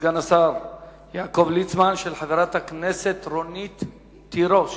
סגן השר יעקב ליצמן, של חברת הכנסת רונית תירוש.